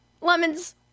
lemons